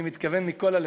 אני מתכוון מכל הלב.